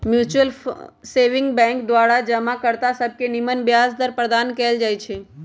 mutual saving bank द्वारा जमा कर्ता सभके निम्मन ब्याज दर प्रदान कएल जाइ छइ